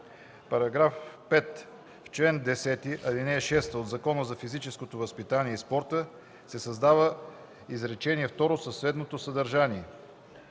§ 5а: „§ 5а. В чл. 10, ал. 6 от Закона за физическото възпитание и спорта се създава изречение второ със следното съдържание: